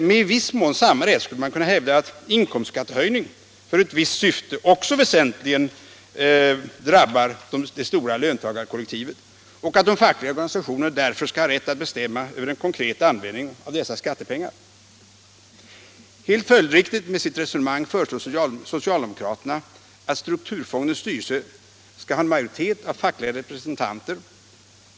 Med i viss mån samma rätt skulle man kunna hävda att inkomstskattehöjning för ett visst syfte också väsentligen drabbar det stora löntagarkollektivet och att de fackliga organisationerna därför skall ha rätt att bestämma över den konkreta användningen av dessa skattepengar. Med sitt resonemang som grund föreslår socialdemokraterna helt följdriktigt att strukturfondens styrelse skall ha en majoritet av fackliga representanter.